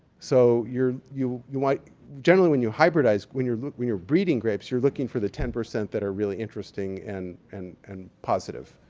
so, you you might. generally, when you hybridize, when you're when you're breeding grapes, you're looking for the ten percent that are really interesting and and and positive.